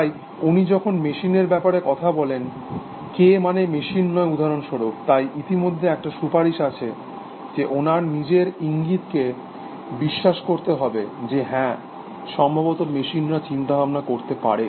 তাই উনি যখন মেশিনের ব্যাপারে কথা বলেন কে মানে মেশিন নয় উদাহরণস্বরূপ তাই ইতিমধ্যে একটা সুপারিশ আছে যে ওনার নিজের ইঙ্গিতকে বিশ্বাস করতে হবে যে হ্যাঁ সম্ভবত মেশিনরা চিন্তাভাবনা করতে পারে